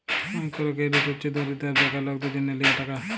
micro credit হছে দরিদ্য আর বেকার লকদের জ্যনহ লিয়া টাকা